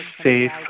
safe